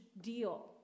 deal